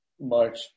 March